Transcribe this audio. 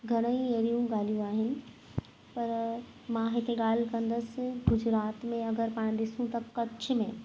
घणेई अहिड़ियूं ॻाल्हियूं आहिनि पर मां हिते ॻाल्हि कंदसि गुजरात में अगरि पाणि ॾिसूं त कच्छ में